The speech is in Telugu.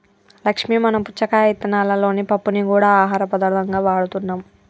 లక్ష్మీ మనం పుచ్చకాయ ఇత్తనాలలోని పప్పుని గూడా ఆహార పదార్థంగా వాడుతున్నాం